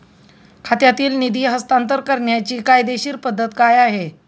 खात्यातील निधी हस्तांतर करण्याची कायदेशीर पद्धत काय आहे?